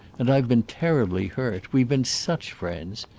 and i've been terribly hurt. we've been such friends.